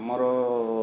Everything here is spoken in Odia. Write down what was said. ଆମର